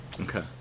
Okay